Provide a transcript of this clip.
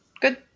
good